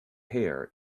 hair